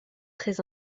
très